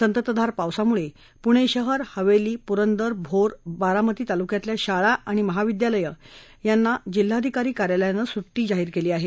संततधार पावसामुळे पुणे शहर हवेली पुरंदर भोर बारामती तालुक्यातल्या शाळा आणि महाविद्यालयं आणि जिल्हाधिकारी कार्यालयांना सुट्टी जाहीर केली आहे